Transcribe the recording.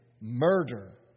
murder